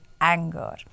anger